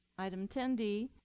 item ten d